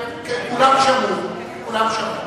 קבוצת חד"ש,